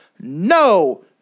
no